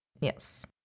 Yes